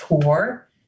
tour